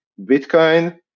Bitcoin